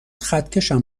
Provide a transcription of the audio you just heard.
خطکشم